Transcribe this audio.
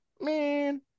Man